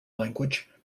language